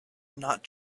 not